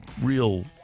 real